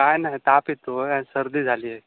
काय नाही ताप येतो आहे सर्दी झाली आहे